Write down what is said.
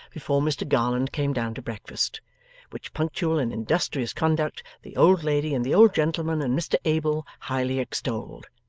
before mr garland came down to breakfast which punctual and industrious conduct the old lady, and the old gentleman, and mr abel, highly extolled.